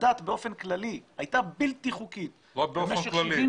באופן כללי הייתה בלתי חוקית במשך 70 שנה --- לא באופן כללי,